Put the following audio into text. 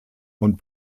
und